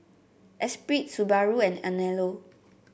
Esprit Subaru and Anello